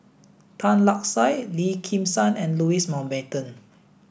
Tan Lark Sye Lim Kim San and Louis Mountbatten